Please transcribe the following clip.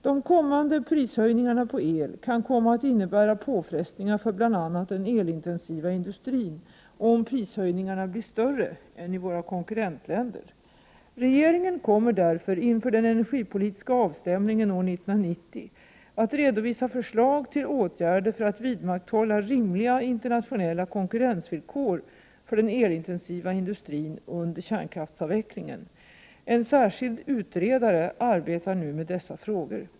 De kommande prishöjningarna på el kan komma att innebära påfrestningar för bl.a. den elintensiva industrin, om prishöjningarna blir större än i våra konkurrentländer. Regeringen kommer därför inför den energipolitiska avstämningen år 1990 att redovisa förslag till åtgärder för att vidmakthålla rimliga internationella konkurrensvillkor för den elintensiva industrin under kärnkraftsavvecklingen. En särskild utredare arbetar nu med dessa frågor.